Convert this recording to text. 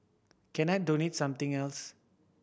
can I donate something else